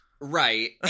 Right